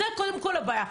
זה קודם כל הבעיה.